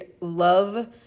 love